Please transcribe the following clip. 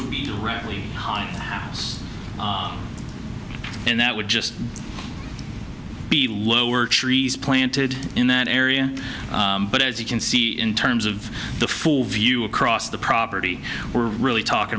would be directly behind the house and that would just be lower trees planted in that area but as you can see in terms of the full view across the property we're really talking